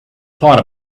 thought